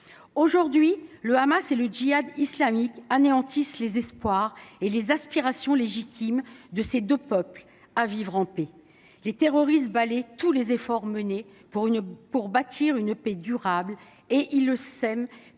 Aujourd’hui, le Hamas et le Djihad islamique anéantissent les espoirs et les aspirations légitimes de ces deux peuples à vivre en paix. Les terroristes balaient tous les efforts menés pour bâtir une paix durable ; ils ne sèment